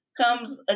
comes